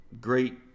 great